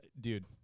dude